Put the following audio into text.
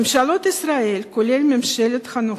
ממשלות ישראל, כולל הממשלה הנוכחית,